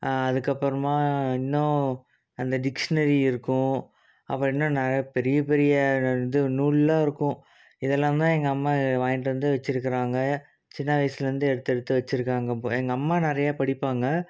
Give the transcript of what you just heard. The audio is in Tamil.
அதுக்கப்புறமா இன்னும் அந்த டிக்ஷனரி இருக்கும் அப்புறம் இன்னும் நிறைய பெரிய பெரிய இது நூல்லாம் இருக்கும் இதலாம் தான் எங்கள் அம்மா வாங்கிட்டு வந்து வச்சிருக்குறாங்க சின்ன வயசுலேந்தே எடுத்து எடுத்து வச்சிருக்காங்க பு எங்கள் அம்மா நிறையா படிப்பாங்க